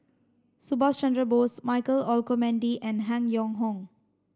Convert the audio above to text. Subhas Chandra Bose Michael Olcomendy and Han Yong Hong